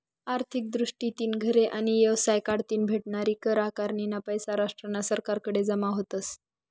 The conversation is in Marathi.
आर्थिक दृष्टीतीन घरे आणि येवसाय कढतीन भेटनारी कर आकारनीना पैसा राष्ट्रना सरकारकडे जमा व्हतस